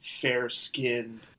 fair-skinned